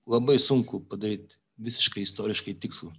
labai sunku padaryt visiškai istoriškai tikslų